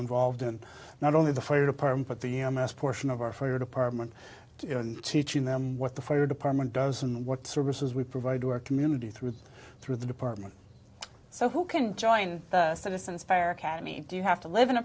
involved in not only the fire department but the amassed portion of our fire department and teaching them what the fire department does and what services we provide to our community through through the department so who can join citizens fire academy do you have to live in a